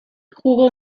jugó